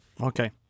okay